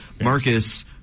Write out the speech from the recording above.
Marcus